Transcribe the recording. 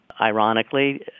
ironically